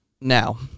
Now